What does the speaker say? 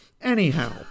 Anyhow